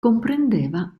comprendeva